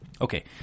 okay